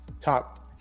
top